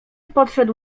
podszedł